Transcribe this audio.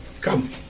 Come